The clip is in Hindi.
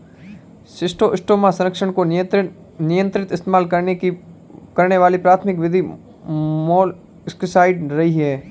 शिस्टोस्टोमा संचरण को नियंत्रित इस्तेमाल की जाने वाली प्राथमिक विधि मोलस्कसाइड्स रही है